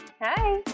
Hi